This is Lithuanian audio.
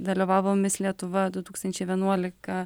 dalyvavo mis lietuva du tūkstančiai vienuolika